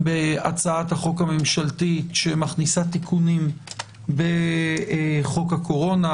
בהצעת החוק הממשלתית שמכניסה תיקונים בחוק הקורונה,